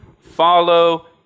follow